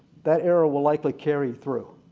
that error will likely carry through,